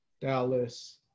Dallas